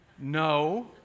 No